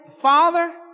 Father